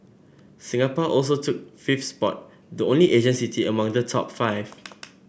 Singapore also took fifth spot the only Asian city among the top five